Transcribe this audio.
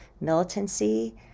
militancy